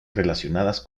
relacionadas